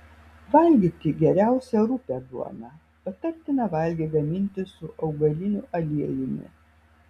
valgyti geriausia rupią duoną patartina valgį gaminti su augaliniu aliejumi